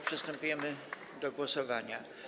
Przystępujemy do głosowania.